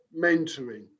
mentoring